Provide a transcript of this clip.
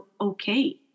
okay